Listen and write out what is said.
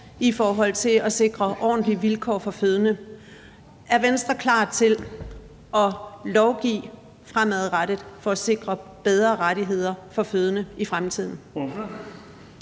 i forhold til at sikre ordentlige vilkår for fødende. Er Venstre klar til at lovgive fremadrettet for at sikre bedre rettigheder for fødende i fremtiden?